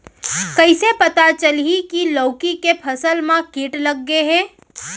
कइसे पता चलही की लौकी के फसल मा किट लग गे हे?